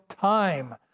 time